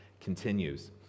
continues